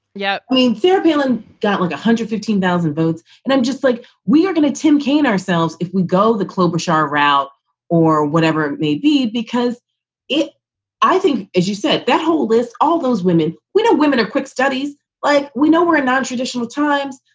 yeah. i mean, sarah palin got one like hundred fifteen thousand votes and i'm just like, we are going to tim kaine ourselves if we go the club bishar route or whatever it may be, because it i think, as you said, that whole list, all those women we know women are quick studies like we know we're in nontraditional times,